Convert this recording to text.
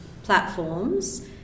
platforms